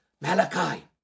Malachi